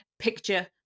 picture